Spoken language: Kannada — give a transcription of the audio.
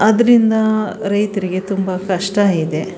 ಅದರಿಂದ ರೈತರಿಗೆ ತುಂಬ ಕಷ್ಟ ಇದೆ